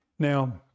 Now